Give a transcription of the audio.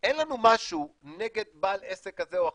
אין לנו משהו נגד בעל עסק כזה או אחר,